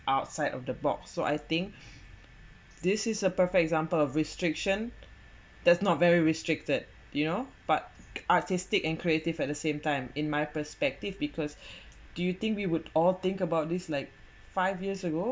outside of the box so I think this is a perfect example of restriction does not very restricted you know but artistic and creative at the same time in my perspective because do you think we would all think about this like five years ago